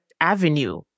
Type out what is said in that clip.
avenue